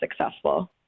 successful